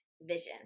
vision